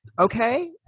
Okay